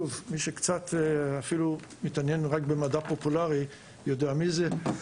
מי שמתעניין במדע פופולארי יודע מי זה.